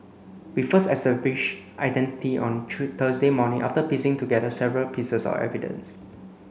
we first established identity on Thursday morning after piecing together several pieces of evidence